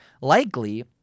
likely